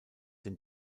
den